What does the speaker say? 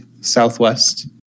southwest